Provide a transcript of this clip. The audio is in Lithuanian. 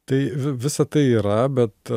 tai visa tai yra bet